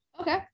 Okay